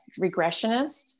regressionist